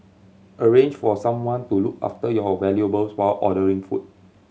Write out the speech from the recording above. arrange for someone to look after your valuables while ordering food